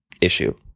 issue